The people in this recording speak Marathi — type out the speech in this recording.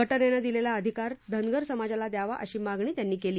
घटनेनं दिलेला अधिकार धनगर समाजाला द्यावा अशी मागणी त्यांनी केली